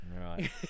Right